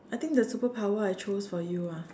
I think the superpower I chose for you ah